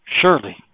surely